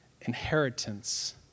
inheritance